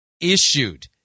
issued